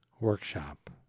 workshop